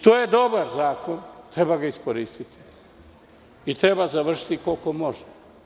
To je dobar zakon, treba ga iskoristiti i treba završiti koliko može.